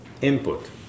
input